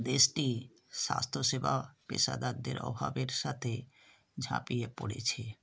দেশটি স্বাস্থ্যসেবা পেশাদারদের অভাবের সাথে ঝাঁপিয়ে পড়েছে